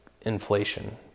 Inflation